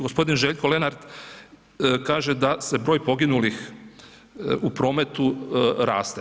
Gospodin Željko Lenart kaže da se broj poginulih u prometu raste.